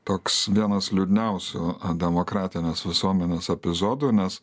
toks vienas liūdniausių demokratinės visuomenės epizodų nes